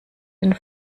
den